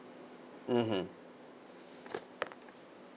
mmhmm